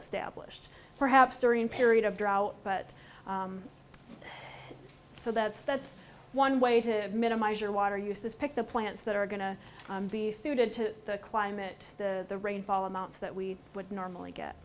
established perhaps during a period of drought but so that's that's one way to minimize your water use is pick the plants that are going to be suited to the climate the rainfall amounts that we would normally get